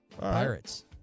Pirates